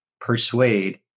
persuade